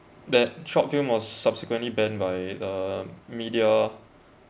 that short film was subsequently banned by the media